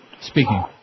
Speaking